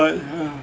so what ya